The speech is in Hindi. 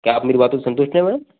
क्या आप मेरी बातों से संतुष्ट हैं मैडम